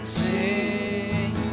sing